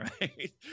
right